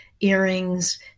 earrings